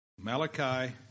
Malachi